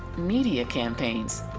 media campaigns,